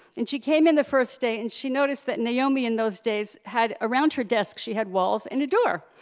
and she came in the first day and she noticed that naomi, in those days, had around her desk she had walls and a door,